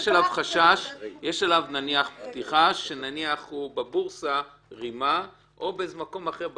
נניח יש עליו חשד שהוא רימה בבורסה או במקום אחר,